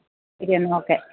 ശരിയെന്നാല് okay